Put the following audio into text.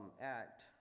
act